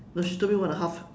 the stupid one and half